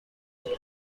baby